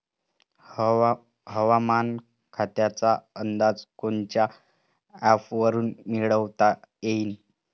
हवामान खात्याचा अंदाज कोनच्या ॲपवरुन मिळवता येईन?